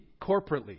corporately